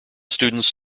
students